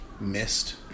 missed